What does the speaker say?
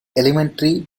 elementary